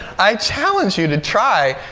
i challenge you to try.